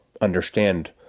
understand